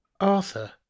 Arthur